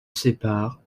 sépare